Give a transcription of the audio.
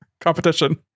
competition